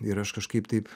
ir aš kažkaip taip